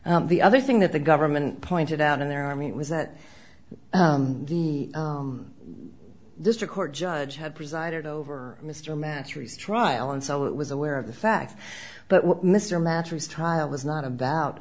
the other thing that the government pointed out in their army was that the district court judge had presided over mr masteries trial and so it was aware of the facts but mr mattress trial was not about